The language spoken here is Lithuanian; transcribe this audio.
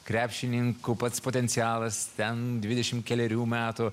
krepšininkų pats potencialas ten dvidešimt kelerių metų